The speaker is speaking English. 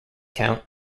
count